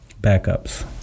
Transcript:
backups